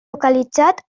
localitzat